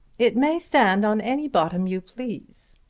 it may stand on any bottom you please.